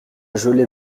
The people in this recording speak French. gelée